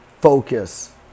focus